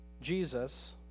Jesus